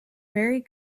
very